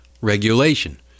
regulation